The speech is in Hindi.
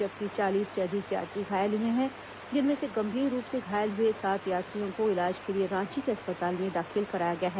जबकि चालीस से अधिक यात्री घायल हुए हैं जिनमें से गंभीर रूप से घायल हुए सात यात्रियों को इलाज के लिए रांची के अस्पताल में दाखिल कराया गया है